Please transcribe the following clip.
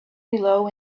below